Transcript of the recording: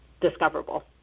discoverable